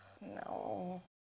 no